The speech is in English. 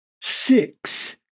six